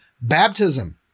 baptism